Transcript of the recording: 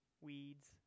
weeds